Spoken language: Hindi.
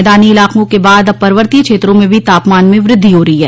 मैदानी इलाकों के बाद अब पर्वतीय क्षेत्रों में भी तापमान में वृद्धि हो रही है